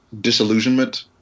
disillusionment